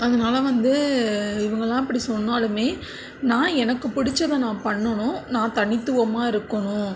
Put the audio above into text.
அதனால வந்து இவங்கெல்லாம் இப்படி சொன்னாலுமே நான் எனக்கு பிடிச்சத நான் பண்ணணும் நான் தனித்துவமாக இருக்கணும்